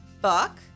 fuck